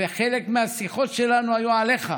וחלק מהשיחות שלנו היו עליך.